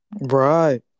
Right